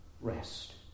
Rest